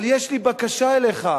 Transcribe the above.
אבל יש לי בקשה אליך,